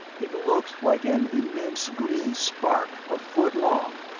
it looked like an immense green spark a foot long,